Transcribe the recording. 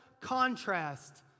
contrast